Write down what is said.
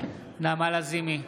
נעמה לזימי,